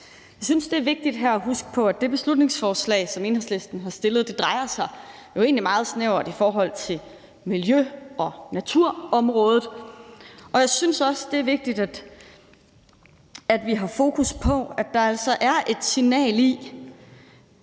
Jeg synes, det er vigtigt her at huske på, at det beslutningsforslag, som Enhedslisten har fremsat, jo egentlig meget snævert drejer sig om miljø- og naturområdet, og jeg synes også, det er vigtigt, at vi har fokus på, at der altså er et signal i